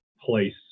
place